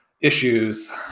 issues